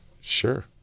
Sure